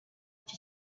iki